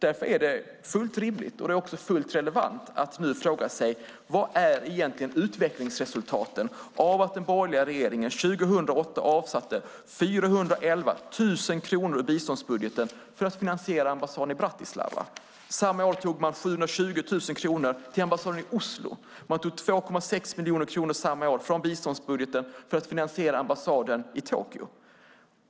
Därför är det fullt rimligt, och fullt relevant, att nu fråga sig vad utvecklingsresultatet egentligen är av att den borgerliga regeringen 2008 avsatte 411 000 kronor ur biståndsbudgeten för att finansiera ambassaden i Bratislava. Samma år tog man 720 000 kronor från biståndsbudgeten till ambassaden i Oslo och 2,6 miljoner kronor för att finansiera ambassaden i Tokyo.